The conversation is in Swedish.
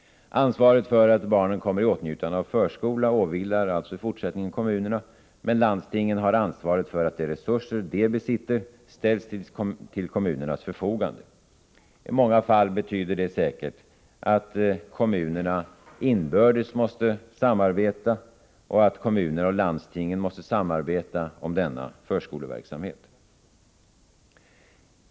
Ansvaret för att barnen kommer i åtnjutande av förskola och kostnaderna för det åvilar i fortsättningen kommunerna. Men landstingen har ansvaret för att de resurser de besitter ställs till kommunernas förfogande. I många fall betyder det säkert att kommunerna inbördes och kommunerna och landstingen måste samarbeta om denna förskoleverksamhet.